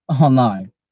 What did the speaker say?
online